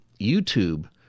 YouTube